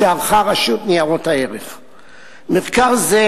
שמעתי היום הערות מחברי כנסת.